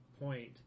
point